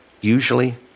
Usually